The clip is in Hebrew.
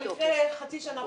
אם יש להם את התיעוד העצמי שלי,